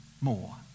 more